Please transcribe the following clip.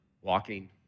walking